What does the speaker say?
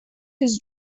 his